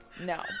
no